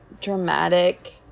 dramatic